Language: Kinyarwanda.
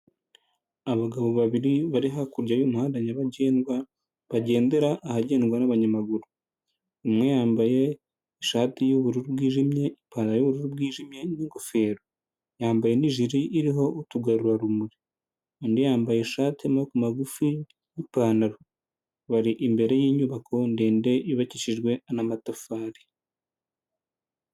Abagabo babiri bari hakurya y'umuhanda nyabagendwa, bagendera ahagendwa n'abanyamaguru umwe yambaye ishati y'ubururu bwijimye ipantaro y'ubururu bwijimye n'ingofero yambaye nijire iriho utugarurarumuri. Undi yambaye ishati y'amaboko magufi n'ipantaro bari imbere y'inyubako ndende yubakishijwe n'amatafari.